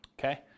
Okay